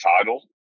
title